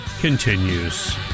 continues